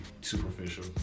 superficial